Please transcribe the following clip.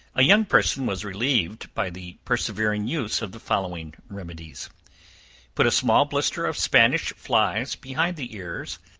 a young person was relieved by the persevering use of the following remedies put a small blister of spanish flies behind the ears,